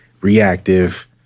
reactive